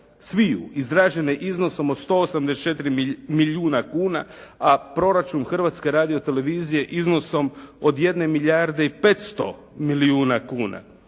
sviju izražene iznosom od 184 milijuna kuna, a proračun Hrvatske radio-televizije iznosom od 1 milijarde i 500 milijuna kuna